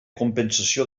compensació